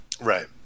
Right